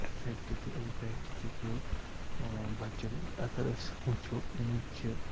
effect تہٕ impact تہِ پیوٚو بَچَن اَگر أسۍ وٕچھو اَمیُک چھِ